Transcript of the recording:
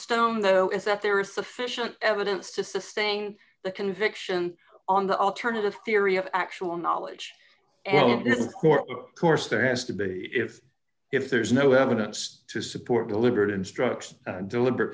stone though is that there is sufficient evidence to sustain the conviction on the alternative theory of actual knowledge and of course of course there has to be if if there's no evidence to support deliberate instruction deliberate